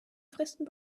fristen